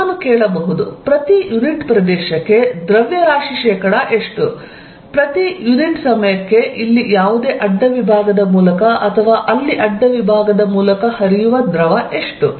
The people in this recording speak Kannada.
ನಾನು ಕೇಳಬಹುದು ಪ್ರತಿ ಯುನಿಟ್ ಪ್ರದೇಶಕ್ಕೆ ದ್ರವ್ಯರಾಶಿ ಶೇಕಡಾ ಎಷ್ಟು ಪ್ರತಿ ಯುನಿಟ್ ಸಮಯಕ್ಕೆ ಇಲ್ಲಿ ಯಾವುದೇ ಅಡ್ಡ ವಿಭಾಗದ ಮೂಲಕ ಅಥವಾ ಅಲ್ಲಿ ಅಡ್ಡ ವಿಭಾಗದ ಮೂಲಕ ಹರಿಯುವ ದ್ರವ ಎಷ್ಟು